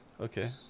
Okay